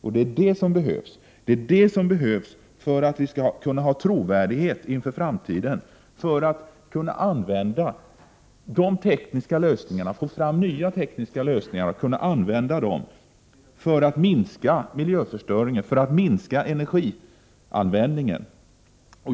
Sådana stödformer måste vi införa för att vi skall vara trovärdiga och för att man skall få fram nya tekniska lösningar och därmed minska miljöförstöringen och energianvändningen.